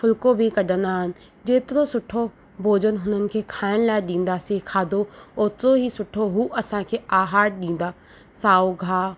फुल्को बि कढंदा आहिनि जेतिरो सुठो भोजन हुननि खे खाइण लाइ ॾींदासीं खाधो ओतिरो ई सुठो हू असां खे आहार ॾींदा साओ गाहु